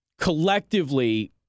collectively